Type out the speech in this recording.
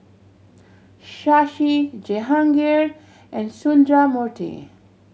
Shashi Jehangirr and Sundramoorthy